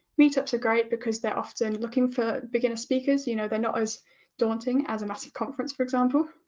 meet-ups are great because they're often looking for beginner speakers. you know they're not as daunting as a massive conference, for example.